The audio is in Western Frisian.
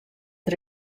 der